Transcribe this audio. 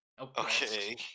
Okay